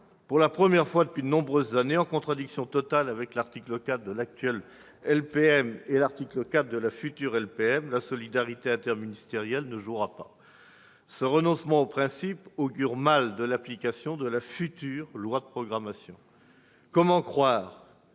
Pour la première fois depuis de nombreuses années, en contradiction totale avec l'article 4 de l'actuelle loi de programmation militaire comme avec l'article 4 de la future LPM, la solidarité interministérielle ne jouera pas. Ce renoncement aux principes augure mal de l'application de la future loi de programmation. Comment croire